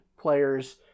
players